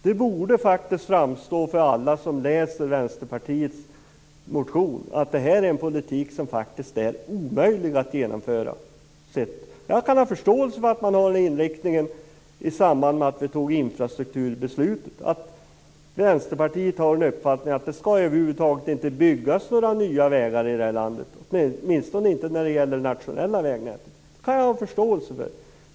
Det borde faktiskt framstå för alla som läser Vänsterpartiets motion att detta är en politik som är omöjlig att genomföra. Jag kan ha förståelse för att man hade den inriktning i samband med att vi fattade infrastrukturbeslutet. Vänsterpartiet hade den uppfattningen att det över huvud taget inte skall byggas några nya vägar i det här landet, åtminstone inte när det gäller det nationella vägnätet. Det kan jag ha förståelse för.